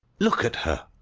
look at her!